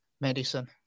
Medicine